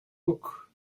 book